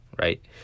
right